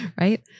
right